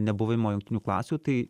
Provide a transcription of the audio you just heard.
nebuvimo jungtinių klasių tai